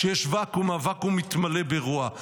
כשיש ואקום, הוואקום מתמלא ברוע.